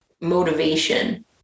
motivation